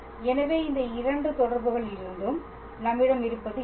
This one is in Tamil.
எனவே இந்த 2 தொடர்புகளிலிருந்தும் நம்மிடம் இருப்பது என்ன